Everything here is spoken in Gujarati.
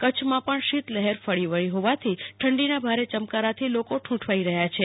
કચ્છમાં પણ શીત લહેર ફરી વળી હોવાથી ઠંડીના ભારે ચમકારાથી લોકો ઠુંઠવાઈ રહ્યા છે